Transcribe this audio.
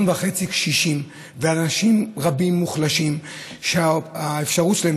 קשישים ואנשים מוחלשים רבים שהאפשרות שלהם,